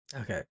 Okay